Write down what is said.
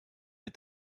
est